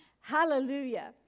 Hallelujah